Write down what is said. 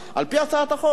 על-פי הצעת החוק,